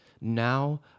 now